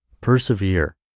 Persevere